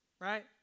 right